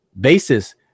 basis